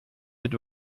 mit